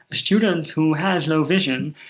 a student who has low vision,